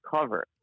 cover